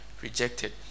rejected